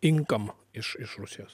inkam iš iš rusijos